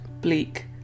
bleak